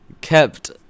kept